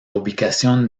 ubicación